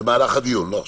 במהלך הדיון, לא עכשיו.